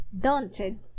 daunted